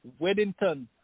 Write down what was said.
weddington